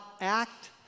act